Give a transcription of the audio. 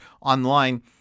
online